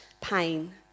pain